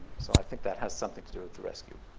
so i think that has something to do with the rescue.